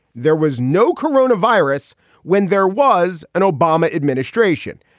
there was no corona virus when there was an obama administration.